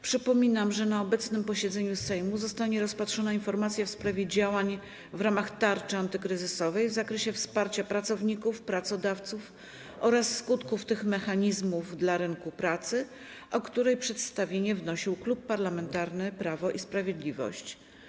Przypominam, że na obecnym posiedzeniu Sejmu zostanie rozpatrzona informacja w sprawie działań w ramach tarczy antykryzysowej w zakresie wsparcia pracowników, pracodawców oraz skutków tych mechanizmów dla rynku pracy, o której przedstawienie wnosił Klub Parlamentarny Prawo i Sprawiedliwość.